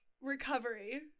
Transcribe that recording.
recovery